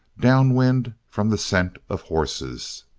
down-wind from the scent of horses.